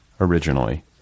originally